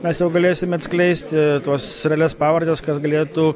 mes jau galėsime atskleisti tuos realias pavardes kas galėtų